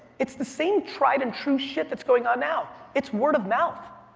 it's the same tried and true shit that's going on now. it's word of mouth.